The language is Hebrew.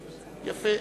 יפה.